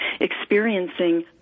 experiencing